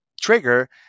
trigger